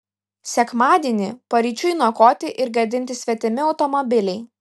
sekmadienį paryčiui niokoti ir gadinti svetimi automobiliai